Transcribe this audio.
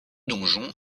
donjon